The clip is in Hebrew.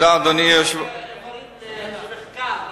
מחקר מהאוניברסיטה.